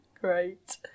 Great